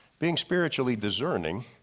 being spiritually discerning,